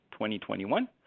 2021